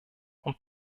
und